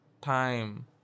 time